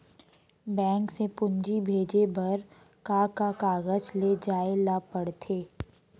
Bank से पूंजी भेजे बर का का कागज ले जाये ल पड़थे?